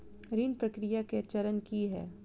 ऋण प्रक्रिया केँ चरण की है?